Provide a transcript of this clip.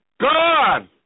God